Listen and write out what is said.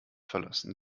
verlassen